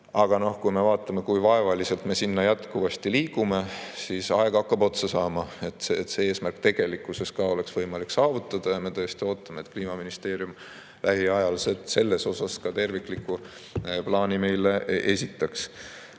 Aga kui me vaatame, kui vaevaliselt me sinna jätkuvasti liigume, siis aeg hakkab otsa saama, et seda eesmärki tegelikkuses ka oleks võimalik saavutada. Me tõesti ootame, et Kliimaministeerium lähiajal selle kohta ka tervikliku plaani meile esitaks.